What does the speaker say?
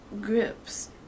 grips